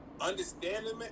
understanding